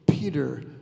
Peter